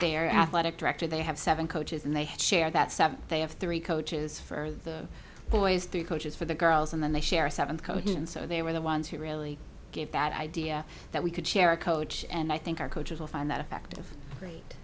their athletic director they have seven coaches and they share that seven they have three coaches for the boys three coaches for the girls and then they share seven coach and so they were the ones who really get bad idea that we could share a coach and i think our coaches will find that effective great